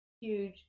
Huge